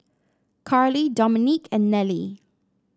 Carlie Dominique and Nelie